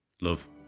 love